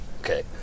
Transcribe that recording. Okay